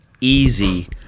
easy